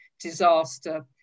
disaster